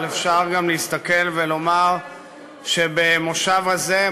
אבל אפשר גם להסתכל ולומר שבמושב הזה,